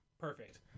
Perfect